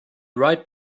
right